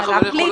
איך הנציב